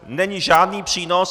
Není žádný přínos.